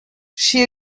she